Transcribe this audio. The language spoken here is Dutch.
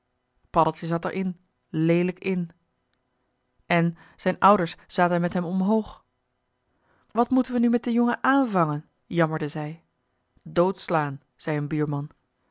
zat er in leelijk in en zijn ouders zaten met hem omhoog wat moeten we nu met den jongen aanvangen jammerden zij doodslaan zei een buurman